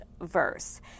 verse